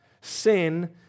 Sin